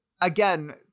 again